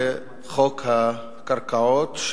זה חוק הקרקעות,